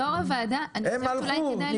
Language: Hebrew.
הם הלכו,